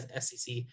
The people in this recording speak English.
SEC